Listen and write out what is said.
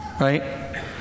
Right